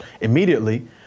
immediately